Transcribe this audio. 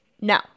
no